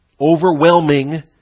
overwhelming